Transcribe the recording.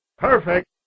Perfect